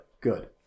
good